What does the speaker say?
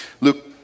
Luke